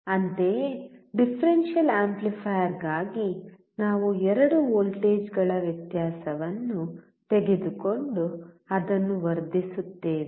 ಅಂತೆಯೇ ಡಿಫರೆನ್ಷಿಯಲ್ ಆಂಪ್ಲಿಫೈಯರ್ಗಾಗಿ ನಾವು ಎರಡು ವೋಲ್ಟೇಜ್ಗಳ ವ್ಯತ್ಯಾಸವನ್ನು ತೆಗೆದುಕೊಂಡು ಅದನ್ನು ವರ್ಧಿಸುತ್ತೇವೆ